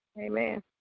Amen